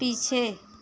पीछे